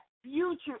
future